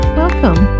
welcome